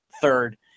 third